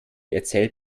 erzählt